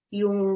yung